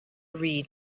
read